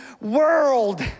world